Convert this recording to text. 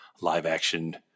live-action